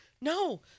no